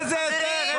איזה היתר?